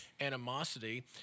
animosity